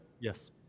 Yes